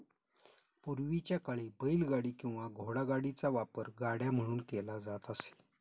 पूर्वीच्या काळी बैलगाडी किंवा घोडागाडीचा वापर गाड्या म्हणून केला जात असे